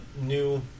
new